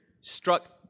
struck